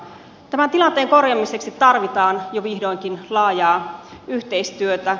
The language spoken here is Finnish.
tämän tilanteen korjaamiseksi tarvitaan jo vihdoinkin laajaa yhteistyötä